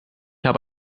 habe